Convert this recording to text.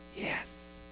yes